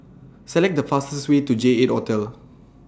Select The fastest Way to J eight Hotel